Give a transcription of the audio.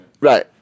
Right